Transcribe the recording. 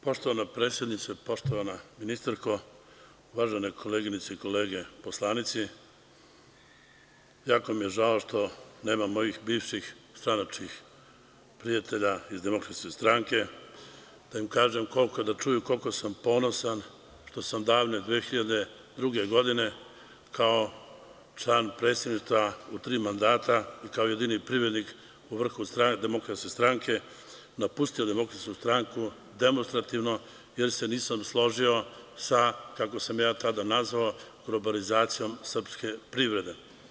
Poštovana predsednice, poštovana ministarko, uvažene koleginice i kolege narodni poslanici, jako mi je žao što nema mojih bivših stranačkih prijatelja iz Demokratske stranke da im kažem koliko sam ponosan što sam davne 2002. godine kao član predsedništva u tri mandata i kao jedini privrednik u vrhu Demokratske stranke, napustio Demokratsku stranku demonstrativno, jer se nisam složio sa kako sam ja tada nazvao globalizacijom srpske privrede.